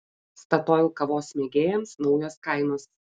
statoil kavos mėgėjams naujos kainos